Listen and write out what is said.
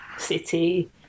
city